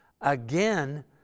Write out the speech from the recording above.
again